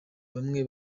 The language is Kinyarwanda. bamwe